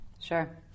Sure